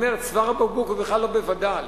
צוואר הבקבוק הוא בכלל לא בווד"ל.